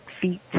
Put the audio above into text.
feet